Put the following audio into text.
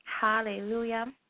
Hallelujah